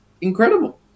incredible